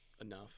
enough